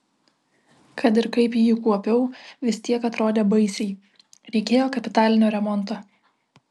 kad ir kaip jį kuopiau vis tiek atrodė baisiai reikėjo kapitalinio remonto